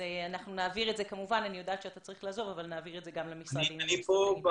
אנחנו נעביר את זה גם למשרד לנושאים אסטרטגיים.